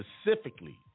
specifically